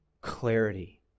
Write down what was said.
clarity